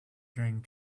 during